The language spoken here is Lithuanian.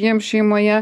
jiems šeimoje